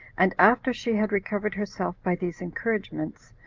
and after she had recovered herself by these encouragements,